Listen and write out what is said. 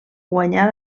guanyà